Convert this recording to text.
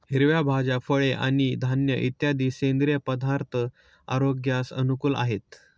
हिरव्या भाज्या, फळे आणि धान्य इत्यादी सेंद्रिय पदार्थ आरोग्यास अनुकूल आहेत